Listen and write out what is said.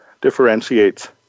differentiates